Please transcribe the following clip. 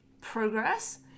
progress